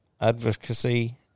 advocacy